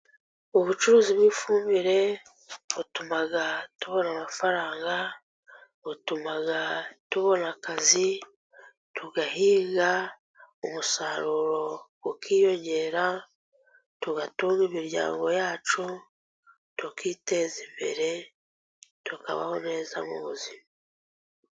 Ubucuruzi bw'ifumbire butuma tubona amafaranga, butuma tubona akazi, tugahinga umusaruro ukiyongera, tugatunga imiryango yacu, tukiteza imbere, tukabaho neza mu buzima.